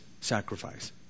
sacrifice